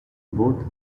both